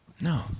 no